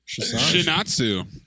Shinatsu